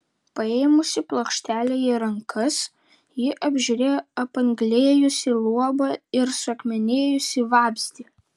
paėmusi plokštelę į rankas ji apžiūrėjo apanglėjusį luobą ir suakmenėjusį vabzdį